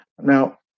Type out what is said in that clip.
now